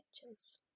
pictures